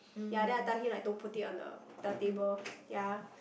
ya then I tell him like don't put it on the the table ya